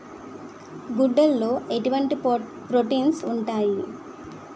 గుడ్లు లో ఎటువంటి ప్రోటీన్స్ ఉంటాయి?